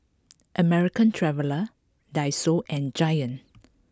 American Traveller Daiso and Giant